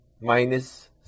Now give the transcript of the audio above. minus